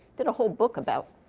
did a whole book about.